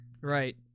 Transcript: Right